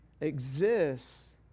exists